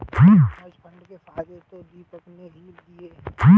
hedge fund के फायदे तो दीपक ने ही लिए है